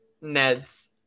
Ned's